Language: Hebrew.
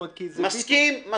אני מסכים.